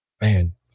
man